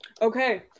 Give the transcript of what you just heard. Okay